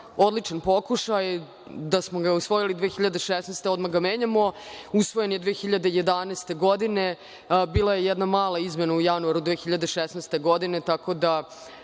odličan pokušaj, da smo ga usvojili 2016. a odmah ga menjamo, usvojen je 2011. godine. Bila je jedna mala izmena u januaru 2016. godine, tako da